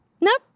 Nope